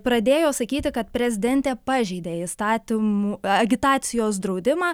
pradėjo sakyti kad prezidentė pažeidė įstatymų agitacijos draudimą